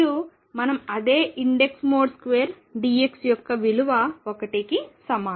మరియు మనం అదే ఇండెక్స్ మోడ్ స్క్వేర్ dx యొక్క విలువ 1కి సమానం